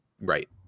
right